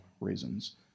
reasons